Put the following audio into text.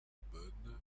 bonne